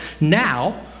Now